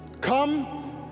come